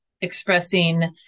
expressing